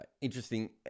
interesting